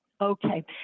okay